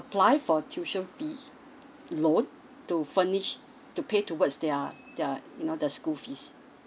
apply for tuition fee loan to furnish to pay towards their their you know the school fees